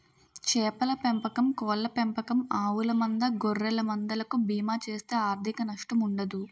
చేపల పెంపకం కోళ్ళ పెంపకం ఆవుల మంద గొర్రెల మంద లకు బీమా చేస్తే ఆర్ధిక నష్టం ఉండదు